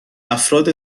افراد